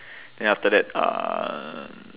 then after that uh